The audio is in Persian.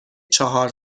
چهار